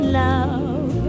love